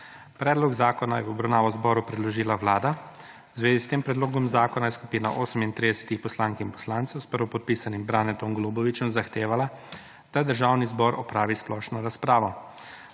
Predlog zakona je v obravnavo zboru predložila Vlada. V zvezi s tem predlogom zakona je skupina 38 poslank in poslancev s prvopodpisanim Branetom Golubovićem zahtevala, da Državni zbor opravi splošno razpravo.